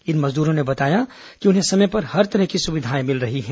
इन मजदूरों ने बताया कि उन्हें समय पर हर तरह की सुविधाए मिल रही हैं